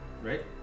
Right